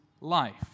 life